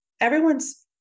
everyone's